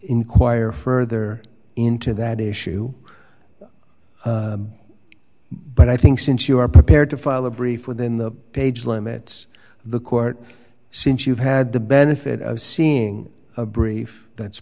further into that issue but i think since you are prepared to file a brief within the page limits the court since you've had the benefit of seeing a brief that's